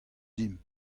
deomp